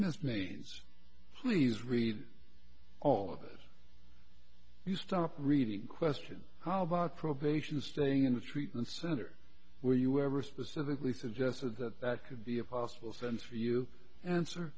miss me please read all of it you stop reading question how about probation staying in the treatment center where you were specifically suggested that could be a possible sense for you answer